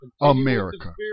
america